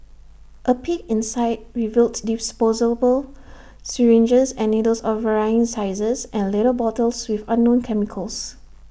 A peek inside revealed disposable syringes and needles of varying sizes and little bottles with unknown chemicals